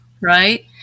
right